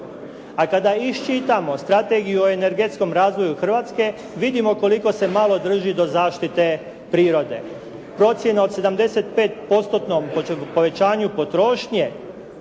A kada iščitamo strategiju o energetskom razvoju Hrvatske, vidimo koliko se malo drži do zaštite prirode. Procjena od 75 postotnom povećanju potrošnje